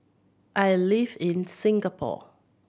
I live in Singapore